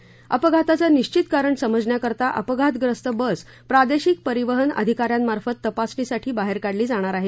या अपघाताचे निश्चित कारण समजण्याकरीता अपघातग्रस्त बस प्रादेशिक परिवहन अधिका यामार्फत तपासणीसाठी बाहेर काढली जाणार आहे